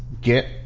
get